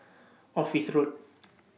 Office Road